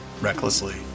recklessly